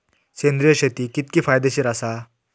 सेंद्रिय शेती कितकी फायदेशीर आसा?